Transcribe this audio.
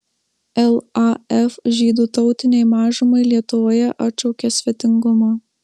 laf žydų tautinei mažumai lietuvoje atšaukia svetingumą